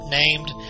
named